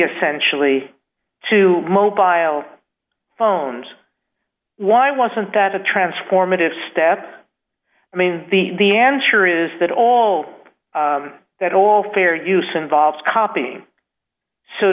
essentially to mo bio phones why wasn't that a transformative step i mean the the answer is that all that all fair use involves copy